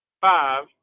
five